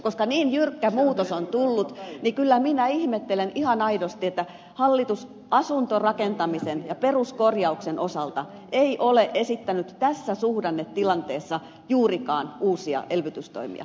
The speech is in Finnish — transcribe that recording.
koska niin jyrkkä muutos on tullut niin kyllä minä ihmettelen ihan aidosti että hallitus asuntorakentamisen ja peruskorjauksen osalta ei ole esittänyt tässä suhdannetilanteessa juurikaan uusia elvytystoimia